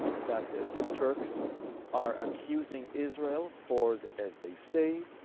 that the turks are accusing israel for, as they say,